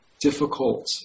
difficult